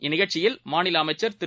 இந்நிகழ்ச்சியில்மாநிலஅமைச்சர்திரு